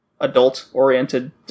adult-oriented